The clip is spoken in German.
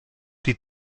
die